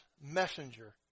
messenger